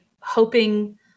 hoping